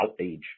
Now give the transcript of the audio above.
outage